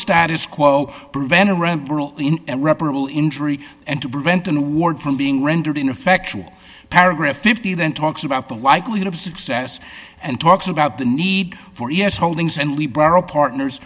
status quo prevented in irreparable injury and to prevent an award from being rendered ineffectual paragraph fifty then talks about the likelihood of success and talks about the need for us holdings and we borrow partners